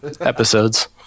episodes